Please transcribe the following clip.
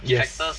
yes